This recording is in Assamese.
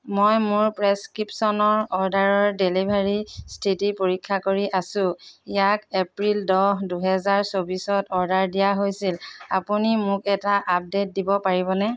মই মোৰ প্ৰেছক্ৰিপশ্যনৰ অৰ্ডাৰৰ ডেলিভাৰীৰ স্থিতি পৰীক্ষা কৰি আছোঁ ইয়াক এপ্ৰিল দহ দুহেজাৰ চৌবিছত অৰ্ডাৰ দিয়া হৈছিল আপুনি মোক এটা আপডে'ট দিব পাৰিবনে